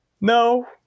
No